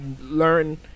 learn